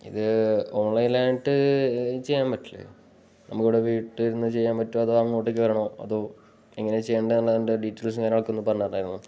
ഇത് ഓൺലൈനായിട്ട് ചെയ്യാൻ പറ്റില്ലേ നമ്മളിവിടെ വീട്ടിലിരുന്ന് ചെയ്യാൻ പറ്റുമോ അതോ അങ്ങോട്ടേക്ക് വരണോ അതോ എങ്ങനെയാണ് ചെയ്യേണ്ടതെന്നതിൻ്റെ ഡീറ്റെയിൽസും കാര്യങ്ങളുമൊക്കെ ഒന്ന് പറഞ്ഞാല് നന്നായിരുന്നു